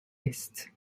est